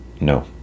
no